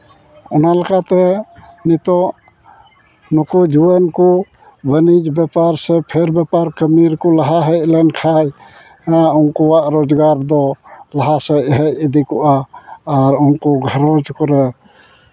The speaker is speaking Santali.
ᱚᱱᱟ ᱞᱮᱠᱟᱛᱮ ᱱᱤᱛᱚᱜ ᱱᱩᱠᱩ ᱡᱩᱣᱟᱹᱱ ᱠᱚ ᱵᱟᱹᱱᱤᱡᱽ ᱵᱮᱯᱟᱨ ᱥᱮ ᱯᱷᱮᱨ ᱵᱮᱯᱟᱨ ᱠᱟᱹᱢᱤ ᱨᱮᱠᱚ ᱞᱟᱦᱟ ᱦᱮᱡ ᱞᱮᱱᱠᱷᱟᱡ ᱩᱱᱠᱩᱣᱟᱭᱜ ᱨᱳᱡᱽᱜᱟᱨ ᱫᱚ ᱞᱟᱦᱟ ᱥᱮᱡ ᱦᱮᱡ ᱤᱫᱤ ᱠᱚᱜᱼᱟ ᱟᱨ ᱩᱱᱠᱩ ᱜᱷᱟᱨᱚᱸᱡᱽ ᱠᱚᱨᱮ